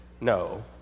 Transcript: No